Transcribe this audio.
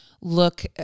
look